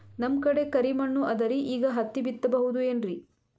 ನಮ್ ಕಡೆ ಕರಿ ಮಣ್ಣು ಅದರಿ, ಈಗ ಹತ್ತಿ ಬಿತ್ತಬಹುದು ಏನ್ರೀ?